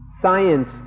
Science